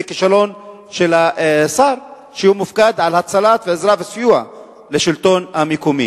זה כישלון של השר שהוא מופקד על ההצלה ועל עזרה וסיוע לשלטון המקומי.